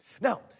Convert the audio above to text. now